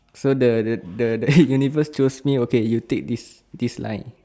so the the the the universe choose me okay you take this this line